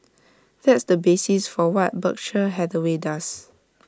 that's the basis for what Berkshire Hathaway does